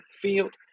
field